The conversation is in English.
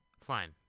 Fine